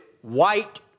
white